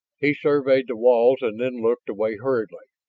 he surveyed the walls and then looked away hurriedly.